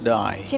die